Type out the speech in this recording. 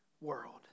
world